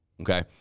Okay